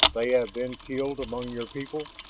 they have then killed among your people?